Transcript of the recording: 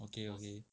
okay okay